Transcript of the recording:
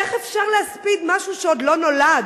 איך אפשר להספיד משהו שעוד לא נולד?